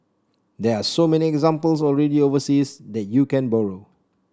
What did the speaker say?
there are so many examples already overseas that you can borrow